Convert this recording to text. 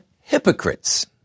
hypocrites